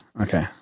Okay